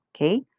Okay